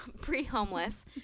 pre-homeless